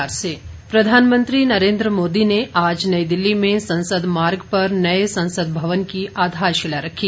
प्रधानमंत्री प्रधानमंत्री नरेन्द्र मोदी ने आज नई दिल्ली में संसद मार्ग पर नए संसद भवन की आधारशिला रखी